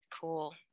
Cool